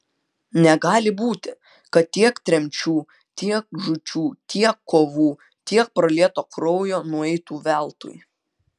negali būti kad tiek tremčių tiek žūčių tiek kovų tiek pralieto kraujo nueitų veltui